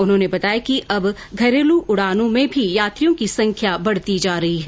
उन्होंने बताया कि अब घरेलू उड़ानों में भी यात्रियों की संख्या बढ़ती जा रही है